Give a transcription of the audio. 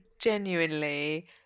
genuinely